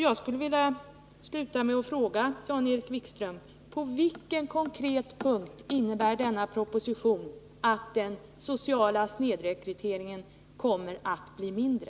Jag skulle vilja sluta mitt anförande med att fråga Jan-Erik Wikström: På vilken konkret punkt innebär propositionen att den sociala snedrekryteringen kommer att bli mindre?